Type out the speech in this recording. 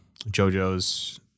jojo's